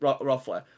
roughly